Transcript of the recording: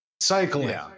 Cycling